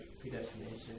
predestination